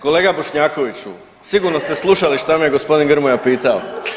Kolega Bošnjakoviću sigurno ste slušali šta me gospodin Grmoja pitao.